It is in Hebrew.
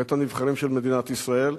בית-הנבחרים של מדינת ישראל,